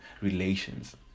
relations